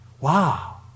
Wow